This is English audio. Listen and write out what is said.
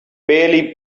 barely